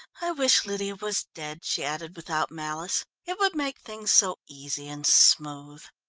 i wish lydia was dead, she added without malice. it would make things so easy and smooth.